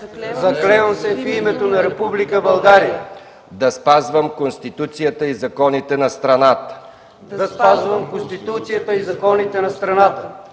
„Заклевам се в името на Република България да спазвам Конституцията и законите на страната